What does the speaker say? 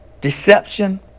deception